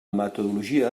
metodologia